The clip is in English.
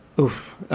Oof